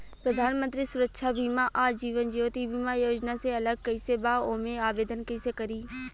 प्रधानमंत्री सुरक्षा बीमा आ जीवन ज्योति बीमा योजना से अलग कईसे बा ओमे आवदेन कईसे करी?